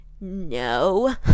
no